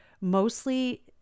mostly